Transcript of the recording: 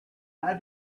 how